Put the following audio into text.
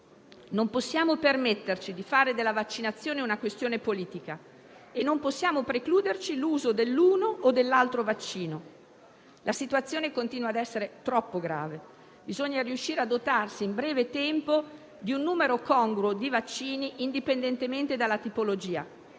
Non possiamo permetterci di fare della vaccinazione una questione politica e non possiamo precluderci l'uso dell'uno o dell'altro vaccino. La situazione continua a essere troppo grave. Bisogna riuscire a dotarsi in breve tempo di un numero congruo di vaccini, indipendentemente dalla tipologia,